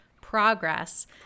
progress